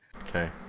Okay